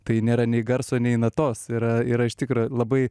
tai nėra nei garso nei natos yra yra iš tikro labai